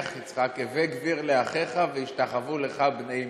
יצחק: "הוה גביר לאחיך וישתחוו לך בני אמך".